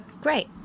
Great